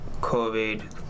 covid